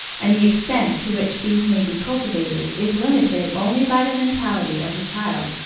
and the extent to which these may be cultivated is limited only by the mentality of the child,